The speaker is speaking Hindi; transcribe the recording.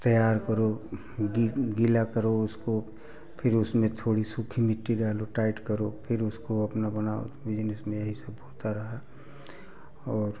तैयार करो गीला करो उसको फिर उसमें थोड़ी सूखी मिट्टी डालो टाइट करो फिर उसको अपना बनाओ बिज़नेस में यही सब होता रहा और